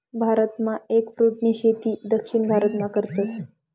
भारतमा एगफ्रूटनी शेती दक्षिण भारतमा करतस